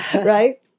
right